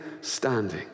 standing